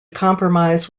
compromise